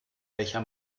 welcher